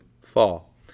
fall